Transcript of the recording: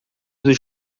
dos